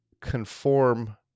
conform